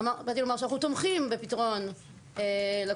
באתי לומר שאנחנו תומכים בפתרון לקונות